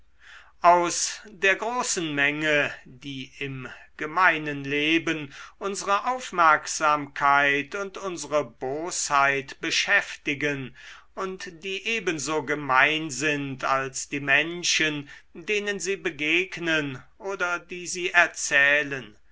aus der großen menge die im gemeinen leben unsere aufmerksamkeit und unsere bosheit beschäftigen und die ebenso gemein sind als die menschen denen sie begegnen oder die sie erzählen